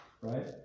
Right